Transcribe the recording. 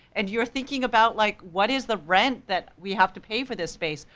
and you are thinking about like what is the rent that we have to pay for this space,